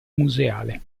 museale